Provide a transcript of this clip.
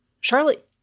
Charlotte